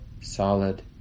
solid